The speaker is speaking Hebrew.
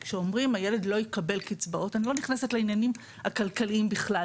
אני לא נכנסת לעניינים הכלכליים בכלל,